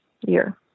year